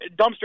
dumpster